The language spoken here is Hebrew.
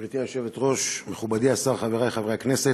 גברתי היושבת-ראש, מכובדי השר, חברי חברי הכנסת,